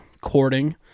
courting